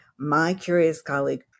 MyCuriousColleague